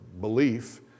belief